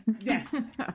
Yes